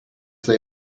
they